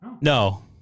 No